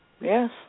Yes